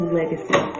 legacy